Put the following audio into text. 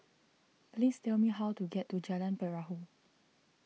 please tell me how to get to Jalan Perahu